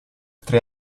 tre